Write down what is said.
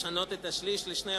לשנות את השליש ל-2%.